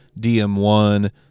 DM1